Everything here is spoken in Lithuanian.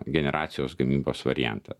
generacijos gamybos variantą